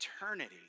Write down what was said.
eternity